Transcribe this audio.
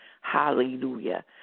hallelujah